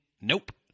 Nope